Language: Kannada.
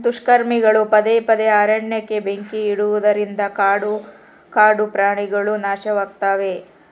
ದುಷ್ಕರ್ಮಿಗಳು ಪದೇ ಪದೇ ಅರಣ್ಯಕ್ಕೆ ಬೆಂಕಿ ಇಡುವುದರಿಂದ ಕಾಡು ಕಾಡುಪ್ರಾಣಿಗುಳು ನಾಶವಾಗ್ತಿವೆ